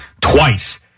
twice